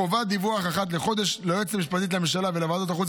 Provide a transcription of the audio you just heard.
חובת דיווח אחת לחודש ליועצת המשפטית לממשלה ולוועדת החוץ